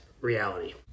reality